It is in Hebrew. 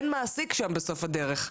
אין מעסיק שם בסוף הדרך.